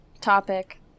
topic